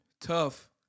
Tough